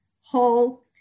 whole